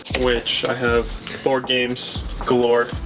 which i have boardgames